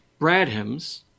Bradham's